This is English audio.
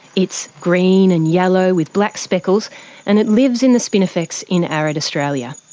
it's green and yellow with black speckles and it lives in the spinifex in arid australia.